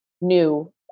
new